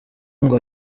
ngo